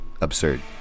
Absurd